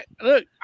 look